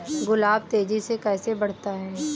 गुलाब तेजी से कैसे बढ़ता है?